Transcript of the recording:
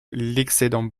l’excédent